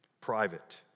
private